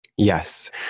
yes